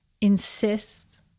insists